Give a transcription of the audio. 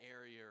area